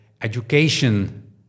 education